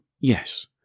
yes